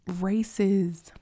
races